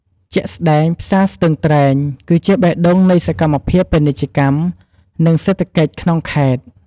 ជាក់ស្តែង ផ្សារស្ទឹងត្រែង គឺជាបេះដូងនៃសកម្មភាពពាណិជ្ជកម្ម និងសេដ្ឋកិច្ចក្នុងខេត្ត។